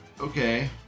Okay